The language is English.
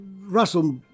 Russell